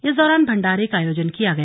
इस दौरान भंडारे का आयोजन किया गया